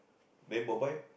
then bye bye